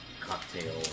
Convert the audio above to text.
cocktail